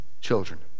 children